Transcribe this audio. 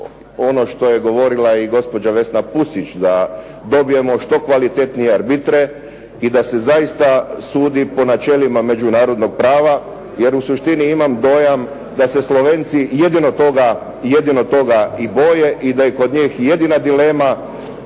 ono što je govorila i gospođa Vesna Pusić da dobijemo što kvalitetnije arbitre i da se zaista sudi po načelima međunarodnog prava jer u suštini imam dojam da se Slovenci jedino toga i boje i da je kod njih jedina dilema